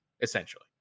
essentially